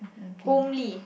homely